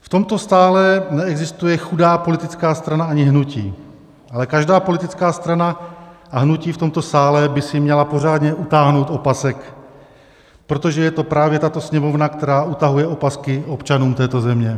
V tomto sále neexistuje chudá politická strana ani hnutí, ale každá politická strana a hnutí v tomto sále by si měla pořádně utáhnout opasek, protože je to právě tato Sněmovna, která utahuje opasky občanům této země.